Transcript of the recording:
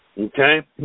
Okay